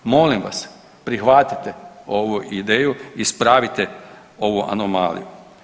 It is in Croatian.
Molim vas prihvatite ovu ideju, ispravite ovu anomaliju.